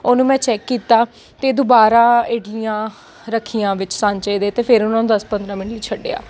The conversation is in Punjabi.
ਉਹਨੂੰ ਮੈਂ ਚੈੱਕ ਕੀਤਾ ਅਤੇ ਦੁਬਾਰਾ ਇਡਲੀਆਂ ਰੱਖੀਆਂ ਵਿੱਚ ਸਾਂਚੇ ਦੇ ਅਤੇ ਫਿਰ ਉਹਨਾਂ ਨੂੰ ਦਸ ਪੰਦਰਾਂ ਮਿੰਟ ਲਈ ਛੱਡਿਆ